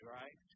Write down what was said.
right